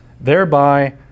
thereby